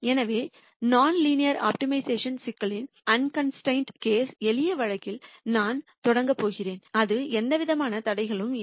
எனவே நான் linear optimisation சிக்கலின் அன்கன்ஸ்டிரெயின்டு வழக்கின் எளிய வழக்கில் நான் தொடங்கப் போகிறேன் அது எந்தவிதமான தடைகளும் இல்லை